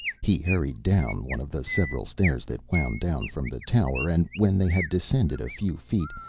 he hurried down one of the several stairs that wound down from the tower, and when they had descended a few feet,